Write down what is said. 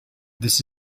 this